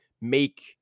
make